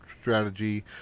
strategy